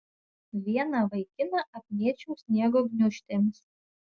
vieną vaikiną apmėčiau sniego gniūžtėmis